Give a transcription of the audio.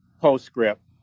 postscript